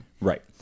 Right